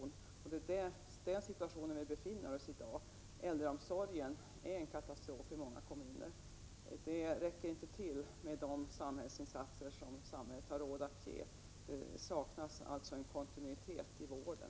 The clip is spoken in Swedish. Det är i den situationen vi i dag befinner oss. Äldreomsorgen är en katastrofi många kommuner. De insatser som samhället har råd att ge räcker inte till. Det saknas alltså en kontinuitet i vården.